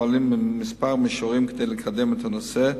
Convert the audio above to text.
ופועלים בכמה מישורים כדי לקדם את הנושא,